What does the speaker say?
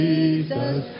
Jesus